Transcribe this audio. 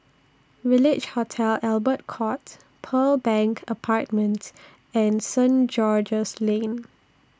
Village Hotel Albert Courts Pearl Bank Apartments and Saint George's Lane